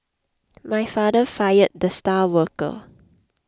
my father fired the star worker